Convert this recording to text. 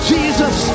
Jesus